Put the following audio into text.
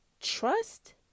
trust